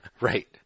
right